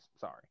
Sorry